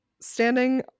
standing